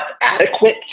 adequate